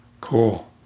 Cool